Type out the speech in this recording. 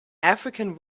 african